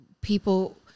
people